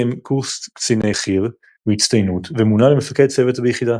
סיים קורס קציני חי"ר בהצטיינות ומונה למפקד צוות ביחידה.